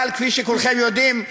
אבל כפי שכולכם יודעים,